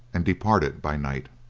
and departed by night.